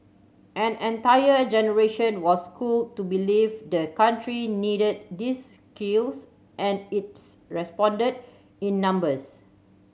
an entire generation was schooled to believe the country needed these skills and its responded in numbers